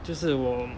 就是我